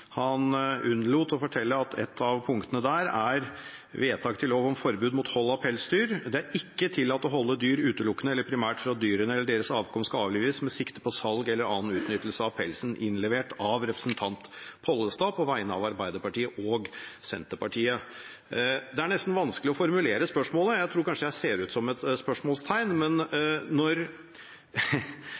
Han unnlot å fortelle at et av punktene der er: «Vedtak til lov om forbud mot hold av pelsdyr Det er ikke tillatt å holde dyr utelukkende eller primært for at dyrene eller deres avkom skal avlives med sikte på salg eller annen utnyttelse av pelsen.» Det ble innlevert av representanten Pollestad på vegne av Arbeiderpartiet og Senterpartiet. Det er nesten vanskelig å formulere spørsmålet – og jeg tror kanskje jeg ser ut som et spørsmålstegn – men når